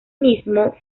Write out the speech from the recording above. mismo